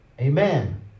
Amen